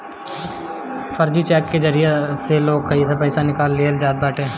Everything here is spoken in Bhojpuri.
फर्जी चेक के जरिया से लोग के पईसा निकाल लिहल जात बाटे